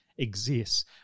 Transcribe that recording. Exists